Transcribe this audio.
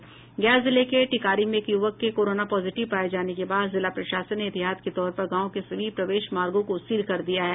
गया जिले के टिकारी में एक यूवक के कोरोना पॉजिटिव पाये जाने के बाद जिला प्रशासन ने एहतियात के तौर पर गांव के सभी प्रवेश मार्गों को सील कर दिया है